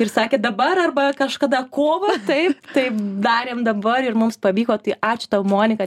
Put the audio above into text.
ir sakė dabar arba kažkada kovą taip taip darėm dabar ir mums pavyko tai ačiū tau monika